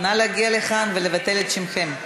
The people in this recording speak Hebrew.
נא להגיע לכאן ולבטל את שמכם.